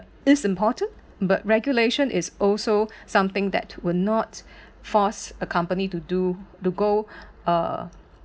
is important but regulation is also something that will not force a company to do to go uh